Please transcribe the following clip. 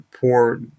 poor